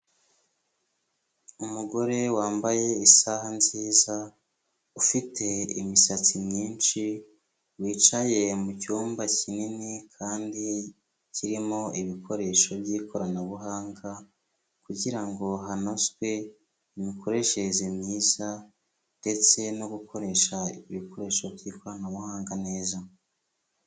Umugore wambaye isaha nziza, ufite imisatsi myinshi, wicaye mu cyumba kinini kandi kirimo ibikoresho by'ikoranabuhanga kugira ngo hanozwe imikoreshereze myiza ndetse no gukoresha ibikoresho by'ikoranabuhanga neza.